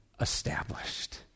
established